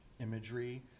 imagery